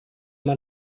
man